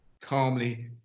calmly